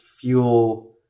fuel